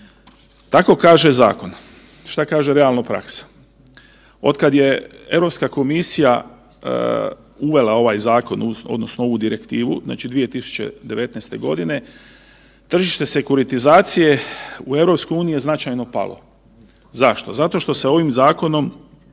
Tako kaže zakon. Šta kaže realno praksa? Od kada je Europska komisija uvela ovaj zakon odnosno ovu direktivu 2019. godine, tržište sekuritizacije u EU je značajno palo. Zašto? Zato što se ovim zakonom